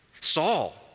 Saul